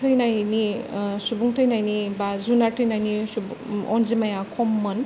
थैनायनि सुबुं थैनायनि बा जुनार थैनायनि अनजिमाया खममोन